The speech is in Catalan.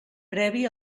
previ